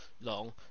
long